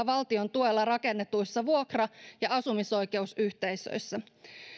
valtion tuella rakennetuissa vuokra ja asumisoikeusyhteisöissä